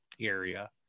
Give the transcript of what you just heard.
area